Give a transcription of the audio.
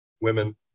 women